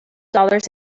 dollars